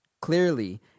Clearly